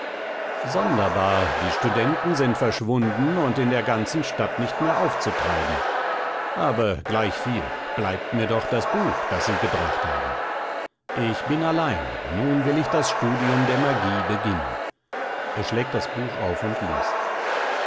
sonderbar die studenten sind verschwunden und in der ganzen stadt nicht mehr aufzutreiben aber gleichviel bleibt mir doch das buch das sie gebracht haben ich bin allein nun will ich das studium der magie beginnen er schlägt das buch auf und liest